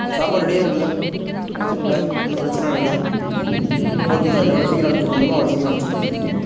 சாப்பாடு ரெடியாக இருக்குல்ல கிடச்சிரும்ல ஒன்றும் பிரச்சனை இல்லைல ஓகே சார் எவ்வளோ சீக்கிரம் அனுப்பிச்சிவிட முடியுமோ அவ்வளோ சீக்கிரம் அனுப்பிச்சிவிடுங்க சார்